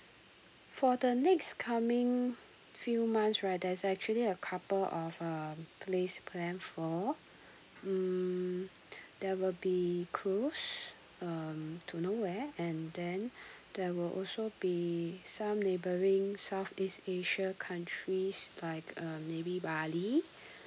for the next coming few months right there's actually a couple of um place plan for mm there will be cruise um to nowhere and then there will also be some neighbouring southeast asia countries like um maybe bali